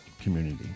community